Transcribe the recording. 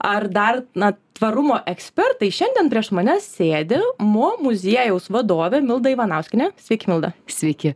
ar dar na tvarumo ekspertais šiandien prieš mane sėdi mo muziejaus vadovė milda ivanauskienė sveiki milda sveiki